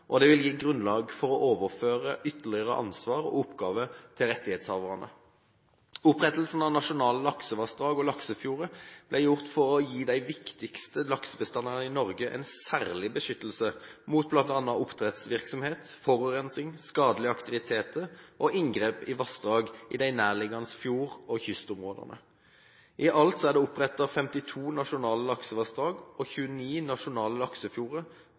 og det vil gi grunnlag for å overføre ytterligere ansvar og oppgaver til rettighetshaverne. Opprettelsen av nasjonale laksevassdrag og laksefjorder ble gjort for å gi de viktigste laksebestandene i Norge en særlig beskyttelse mot bl.a. oppdrettsvirksomhet, forurensning, skadelige aktiviteter og inngrep i vassdrag i de nærliggende fjord- og kystområdene. I alt er det opprettet 52 nasjonale laksevassdrag og 29 nasjonale laksefjorder,